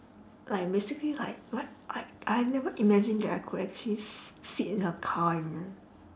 like basically like like like I never imagined that I could actually s~ sit in her car you know